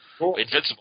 Invincible